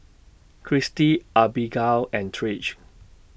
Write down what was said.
Christi Abbigail and Trish